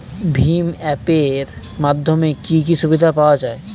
ভিম app এর মাধ্যমে কি কি সুবিধা পাওয়া যায়?